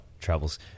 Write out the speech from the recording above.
Travels